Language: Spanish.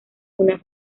una